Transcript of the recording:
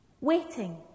waiting